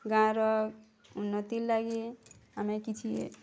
ଗାଁର ଉନ୍ନତି ଲାଗି ଆମେ କିଛି